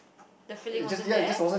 the feeling wasn't there